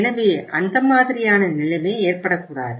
எனவே அந்த மாதிரியான நிலைமை ஏற்படக்கூடாது